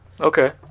Okay